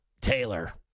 Taylor